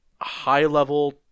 high-level